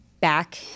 back